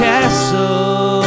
Castle